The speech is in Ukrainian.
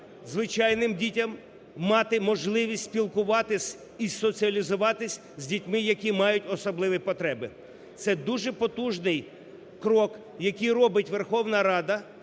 звичайним дітям – мати можливість спілкуватися і соціалізуватися з дітьми, які мають особливі потреби. Це дуже потужний крок, який робить Верховна Рада